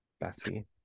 Bessie